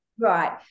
right